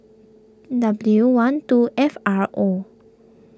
W one two F R O